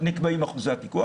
איך נקבעים אחוזי הפיקוח?